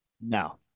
No